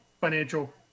financial